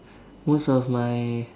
most of my